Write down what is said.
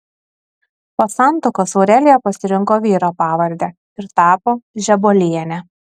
po santuokos aurelija pasirinko vyro pavardę ir tapo žebuoliene